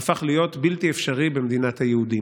הפך להיות בלתי אפשרי במדינת היהודים.